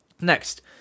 Next